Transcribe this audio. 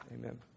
Amen